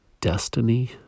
destiny